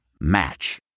Match